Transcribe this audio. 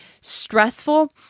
stressful